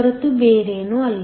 ಹೊರತು ಬೇರೇನೂ ಅಲ್ಲ